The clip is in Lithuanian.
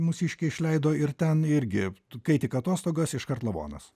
mūsiškiai išleido ir ten irgi kai tik atostogos iškart lavonas